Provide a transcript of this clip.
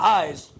eyes